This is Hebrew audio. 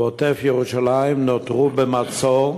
ועוטף-ירושלים נותרו במצור,